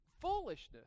foolishness